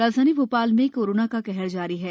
राजधानी भोपाल में कोरोना का कहर जारी है